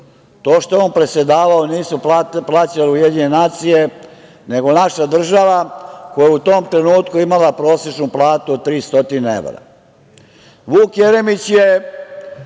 To što je on predsedavao nisu plaćale Ujedinjene nacije, nego naša država, koja je u tom trenutku imala prosečnu platu od 300 evra. Vuk Jeremić je